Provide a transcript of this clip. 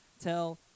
tell